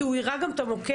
כי הוא הראה גם את המוקד.